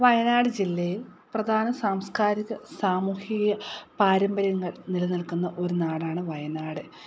വയനാട് ജില്ലയിൽ പ്രധാന സാംസ്കാരിക സാമൂഹിക പാരമ്പര്യങ്ങൾ നിലനിൽക്കുന്ന ഒരു നാടാണ് വയനാട്